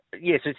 yes